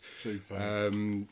Super